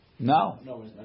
No